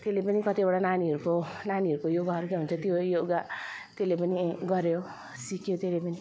त्यसले पनि कतिवटा नानीहरूको नानीहरूको योगाहरू जो हुन्छ त्यो योगा त्यसले पनि गर्यो सिक्यो त्यसले पनि